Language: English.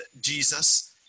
Jesus